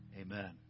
Amen